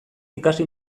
ikasi